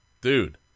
Dude